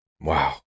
Wow